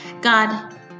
God